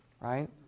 right